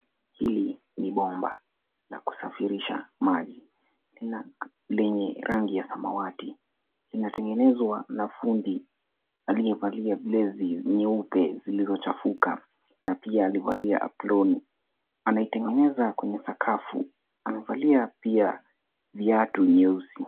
Hili ni bomba la kusafirisha maji lenye rangi ya samawati. Linatengenezwa na fundi aliyevalia blezi nyeupe zilizochafuka na pia amevalia aproni. Anaitengeneza kwenye sakafu. Amevalia pia viatu nyeusi.